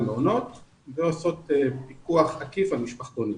מעונות והן עושות פיקוח עקיף על משפחתונים.